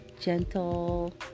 gentle